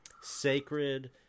sacred